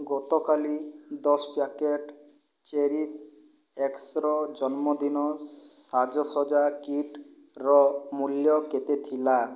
ଗତକାଲି ଦଶ packet cherish ଏକ୍ସ୍ର ଜନ୍ମଦିନ ସାଜସଜ୍ଜା କିଟ୍ର ମୂଲ୍ୟ କେତେ ଥିଲା